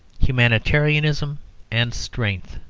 humanitarianism and strength